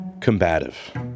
Combative